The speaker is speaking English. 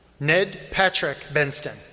ned patrick benston,